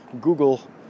Google